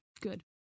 Good